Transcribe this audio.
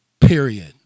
period